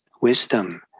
wisdom